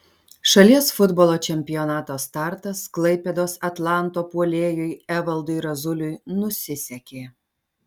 šalies futbolo čempionato startas klaipėdos atlanto puolėjui evaldui razuliui nusisekė